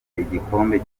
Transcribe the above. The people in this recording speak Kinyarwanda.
igikombe